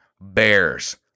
Bears